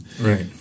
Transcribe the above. Right